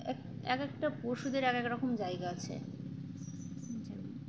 এক এক একটা পশুদের এক এক রকম জায়গা আছে যে